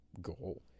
goal